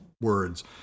words